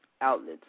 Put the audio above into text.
outlets